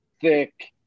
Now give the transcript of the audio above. thick